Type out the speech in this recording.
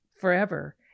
forever